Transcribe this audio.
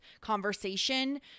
conversation